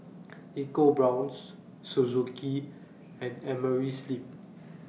EcoBrown's Suzuki and Amerisleep